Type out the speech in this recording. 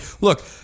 look